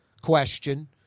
question